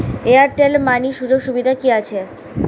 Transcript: Airtel money সুযোগ সুবিধা কি আছে?